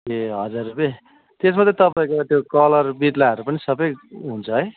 ए हजार रुपियाँ त्यसमा चाहिँ तपाईँको त्यो कलर बिरलाहरू पनि सबै हुन्छ है